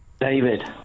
David